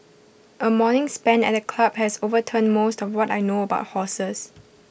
A morning spent at the club has overturned most of what I know about horses